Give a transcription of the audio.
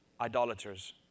idolaters